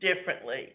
differently